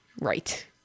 right